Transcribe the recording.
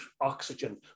oxygen